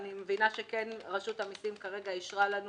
ואני מבינה שרשות המסים כרגע אישרה לנו